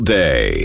day